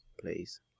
please